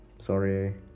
sorry